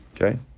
Okay